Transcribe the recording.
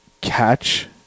catch